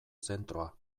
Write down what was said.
zentroa